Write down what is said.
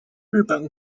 日本